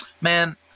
man